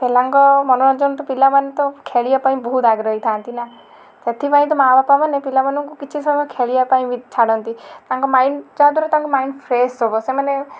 ପିଲାଙ୍କ ମନୋରଞ୍ଜନ ତ ପିଲାମାନେ ତ ଖେଳିବା ପାଇଁ ବହୁତ ଆଗ୍ରହୀ ଥାଆନ୍ତି ନା ସେଥିପାଇଁ ତ ମାଁ ବାପା ମାନେ ପିଲାମାନଙ୍କୁ କିଛି ସମୟ ଖେଳିବା ପାଇଁ ବି ଛାଡ଼ନ୍ତି ତାଙ୍କ ମାଇଣ୍ଡ ଯାହା ଦ୍ଵାରା ତାଙ୍କ ମାଇଣ୍ଡ ଫ୍ରେସ ହବ ସେମାନେ